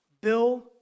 Bill